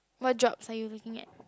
what jobs are you looking at